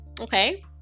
okay